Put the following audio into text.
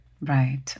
Right